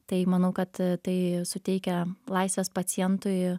tai manau kad tai suteikia laisvės pacientui